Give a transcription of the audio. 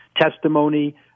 testimony